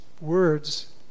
words